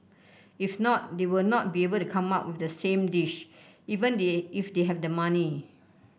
if not they will not be able to come up with the same dish even if they have the money